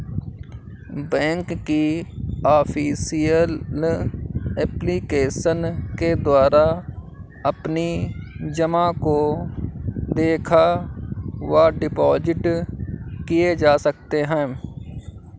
bank की official application के द्वारा अपनी जमा को देखा व डिपॉजिट किए जा सकते हैं